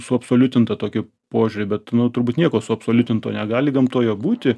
suabsoliutintą tokį požiūrį bet nu turbūt nieko suabsoliutinto negali gamtoje būti